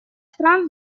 стран